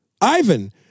Ivan